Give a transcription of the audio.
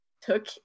took